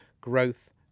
growth